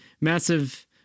massive